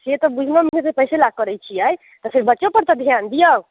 से तऽ बूझैमे छै जे पैसे लऽ करैत छियै तऽ फेर बच्चो पर तऽ ध्यान दिऔ